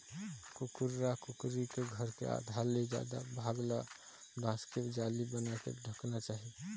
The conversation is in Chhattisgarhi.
कुकरा कुकरी के घर के आधा ले जादा भाग ल बांस के जाली बनाके ढंकना चाही